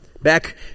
Back